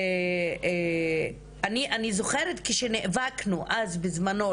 אני זוכרת כשנאבקנו אז בזמנו,